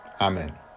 Amen